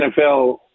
NFL